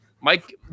Mike